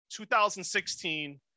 2016